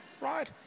Right